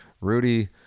Rudy